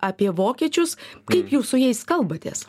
apie vokiečius kaip jūs su jais kalbatės